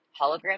Hologram